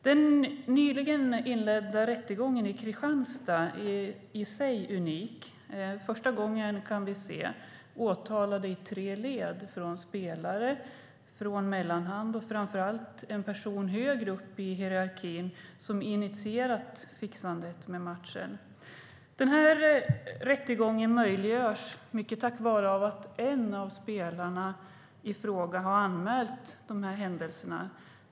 Den nyligen inledda rättegången i Kristianstad är i sig unik. För första gången kan vi se åtalade i tre led: från spelare till mellanhand och framför allt till den person högre upp i hierarkin som initierat fixandet med matchen. Denna rättegång möjliggörs mycket tack vare av att en av spelarna har anmält dessa händelser.